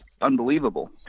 unbelievable